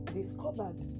discovered